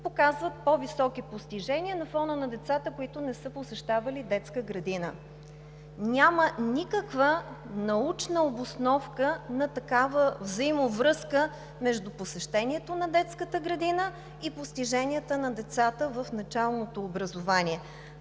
показват по-високи постижения на фона на децата, които не са посещавали детска градина. Няма никаква научна обосновка на такава взаимовръзка между посещението на детската градина и постиженията на децата в началното образование.